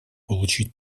получить